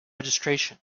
registration